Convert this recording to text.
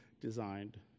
designed